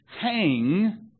hang